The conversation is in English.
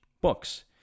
books